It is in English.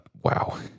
Wow